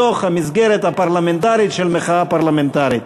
בתוך המסגרת הפרלמנטרית של מחאה פרלמנטרית.